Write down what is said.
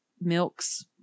milks